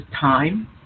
time